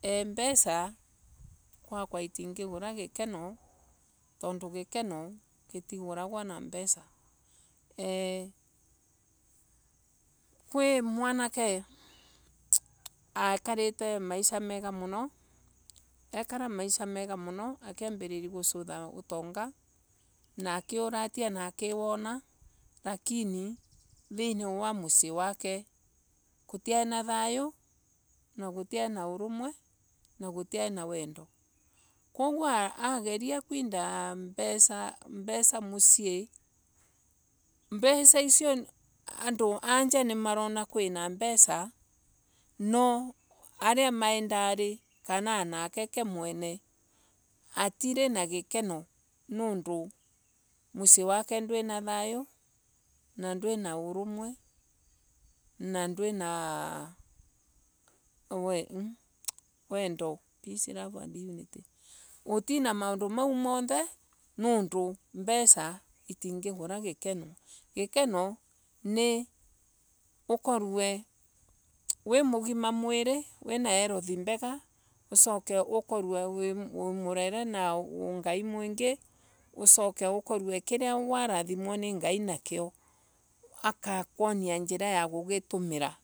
Eee mbesa gwakwa itingigura gikeno tondu gikeno gituguragwa na mbesa eeh kwi mwanake ekarite thaisha mega muno. ekara maisha mega muno akiambiriria. kusothia utonga na akiuratia na akiwana lakini thiini wa mucii wake gutiai na thayo gutiai na uromwe na gutiai na wendo kuguo ageria kwindo mbesa mucii mbesa icio andu a njaa ni marona kwi na mbesa no aria mai ndari kana wanake ke mwene atire na gikeno nondu mucii wake nduri na thayo na gikenoo nodu mucii wake nduri na thayo na ndwina urumwe na ndwina wendo gutii a maundu mau mothe nondu mbesa itingigura gikeno gikeno ni ukurwe wi mugima mwili wina health mbega ucoke ukorwe wi murire na ungai mwingi ucoke kiria. warathimwa ni ngai nakuo agakwonia njira ya kugitumira.